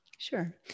Sure